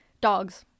Dogs